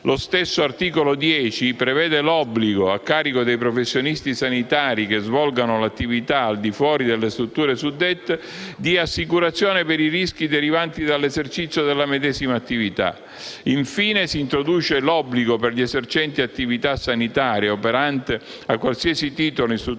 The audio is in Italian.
Lo stesso articolo 10 prevede l'obbligo, a carico dei professionisti sanitari che svolgano l'attività al di fuori delle strutture suddette, di assicurazione per i rischi derivanti dall'esercizio della medesima attività. Infine, si introduce l'obbligo per gli esercenti attività sanitaria, operante a qualsiasi titolo in strutture